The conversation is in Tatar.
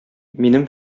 минем